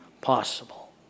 possible